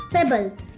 pebbles